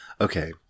Okay